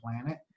planet